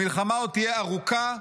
המלחמה עוד תהיה ארוכה,